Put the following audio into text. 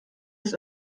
des